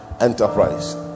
enterprise